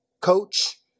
coach